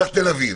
קח את תל אביב,